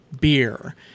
beer